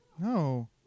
No